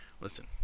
Listen